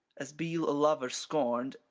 as be a lover scorned,